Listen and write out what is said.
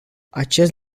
acest